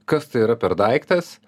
kas tai yra per daiktas